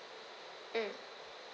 mm